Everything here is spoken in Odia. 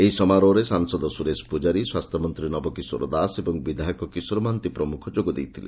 ଏହି ସମାରୋହରେ ସାଂସଦ ସୁରେଶ ପୂଜାରୀ ସ୍ୱାସ୍ଥ୍ୟମନ୍ତୀ ନବକିଶୋର ଦାସ ଏବଂ ବିଧାୟକ କିଶୋର ମହାନ୍ତି ପ୍ରମୁଖ ଯୋଗ ଦେଇଥିଲେ